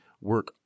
work